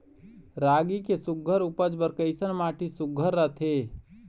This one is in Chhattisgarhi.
रागी के सुघ्घर उपज बर कैसन माटी सुघ्घर रथे?